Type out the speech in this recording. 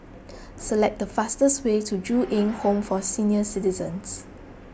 select the fastest way to Ju Eng Home for Senior Citizens